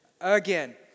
again